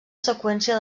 seqüència